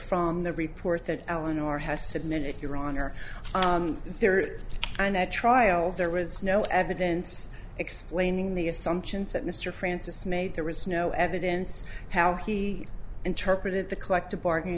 from the report that eleanor has submitted your honor there and that trial there was no evidence explaining the assumptions that mr francis made there was no evidence how he interpreted the collective bargaining